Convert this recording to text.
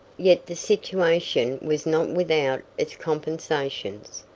yet the situation was not without its compensations.